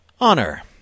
Honor